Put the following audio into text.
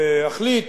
להחליט